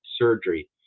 surgery